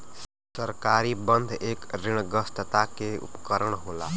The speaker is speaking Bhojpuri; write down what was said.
सरकारी बन्ध एक ऋणग्रस्तता के उपकरण होला